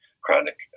chronic